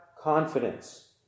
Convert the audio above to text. confidence